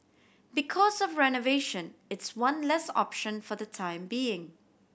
because of renovation it's one less option for the time being